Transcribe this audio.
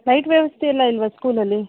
light ವ್ಯವಸ್ಥೆಯೆಲ್ಲ ಇಲ್ಲವಾ ಸ್ಕೂಲಲ್ಲಿ